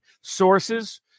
sources